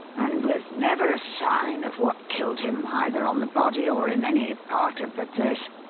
and with never a sign of what killed him either on the body or in any part of the place.